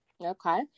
Okay